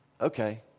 Okay